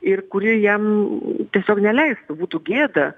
ir kuri jam tiesiog neleistų būtų gėda